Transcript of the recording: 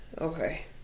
Okay